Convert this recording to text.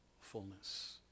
fullness